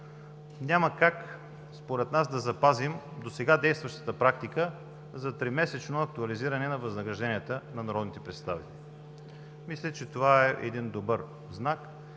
няма как, според нас, да запазим досега действащата практика за тримесечно актуализиране на възнагражденията на народните представители. Мисля че това е един добър знак